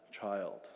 child